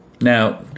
Now